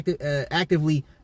actively